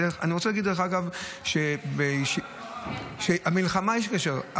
דרך אגב, אני רוצה להגיד שלמלחמה יש קשר.